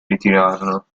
ritirarono